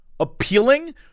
appealing